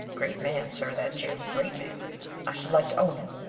great man, sir, that jim great man i should like to own him.